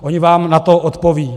Oni vám na to odpovědí.